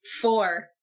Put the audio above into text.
Four